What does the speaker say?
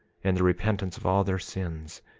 and the repentance of all their sins,